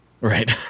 Right